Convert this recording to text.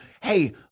Hey